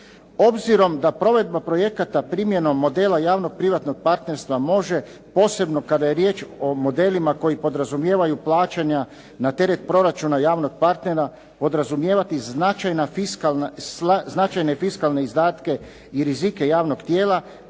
Obzirom da provedba projekata primjenom modela javno-privatnog partnerstva može posebno kada je riječ o modelima koji podrazumijevaju plaćanja na teret proračuna javnog partnera podrazumijevati značajne fiskalne izdatke i rizike javnog tijela